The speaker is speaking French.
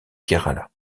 kerala